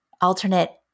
alternate